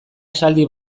esaldi